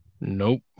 Nope